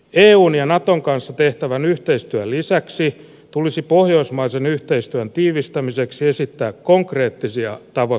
eun ja naton kanssa tehtävän yhteistyön lisäksi tulisi pohjoismaisen yhteistyön tiivistämiseksi esittää konkreettisia tavoitteita